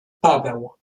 paweł